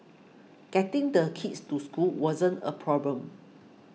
getting the kids to school wasn't a problem